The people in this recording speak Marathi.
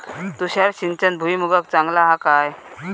तुषार सिंचन भुईमुगाक चांगला हा काय?